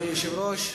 אדוני היושב-ראש,